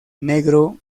negro